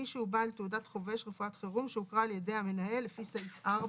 מי שהוא בעל תעודת חובש רפואת חירום שהוכרה על ידי המנהל לפי סעיף 4,"